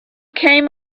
came